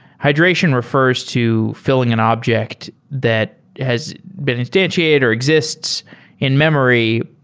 hydration refers to fi lling an object that has been instantiated or exists in memory,